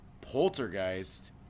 Poltergeist